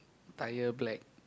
tyre black